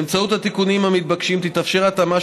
באמצעות התיקונים המתבקשים תתאפשר התאמה